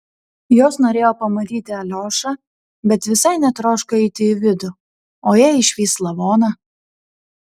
jos norėjo pamatyti aliošą bet visai netroško eiti į vidų o jei išvys lavoną